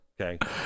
Okay